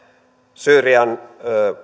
syyrian